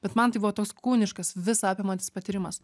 bet man tai buvo toks kūniškas visa apimantis patyrimas